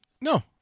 No